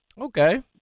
Okay